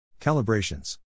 Calibrations